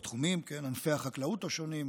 ענפי החקלאות השונים,